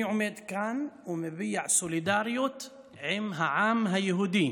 אני עומד כאן ומביע סולידריות עם העם היהודי